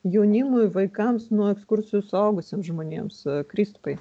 jaunimui vaikams nuo ekskursijų suaugusiems žmonėms kristupai